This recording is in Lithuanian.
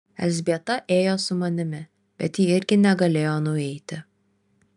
elzbieta ėjo su manimi bet ji irgi negalėjo nueiti